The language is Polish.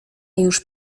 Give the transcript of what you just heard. już